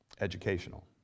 educational